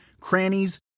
crannies